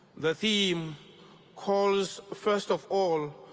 the theme calls, first of all,